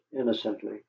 innocently